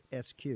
SQ